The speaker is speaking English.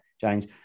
James